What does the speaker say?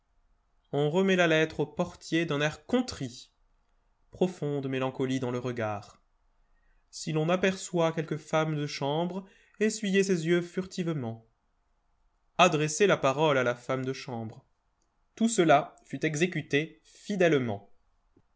on remet la lettre au portier d'un air contrit profonde mélancolie dans le regard si l'on aperçoit quelque femme de chambre essuyer ses yeux furtivement adresser la parole à la femme de chambre tout cela fut exécuté fidèlement